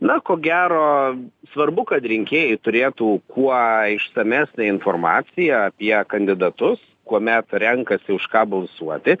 na ko gero svarbu kad rinkėjai turėtų kuo išsamesnę informaciją apie kandidatus kuomet renkasi už ką balsuoti